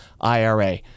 IRA